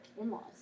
in-laws